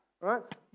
Right